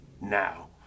now